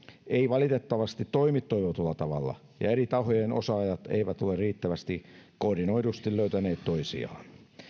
ei valitettavasti toimi toivotulla tavalla ja eri tahojen osaajat eivät ole riittävästi koordinoidusti löytäneet toisiaan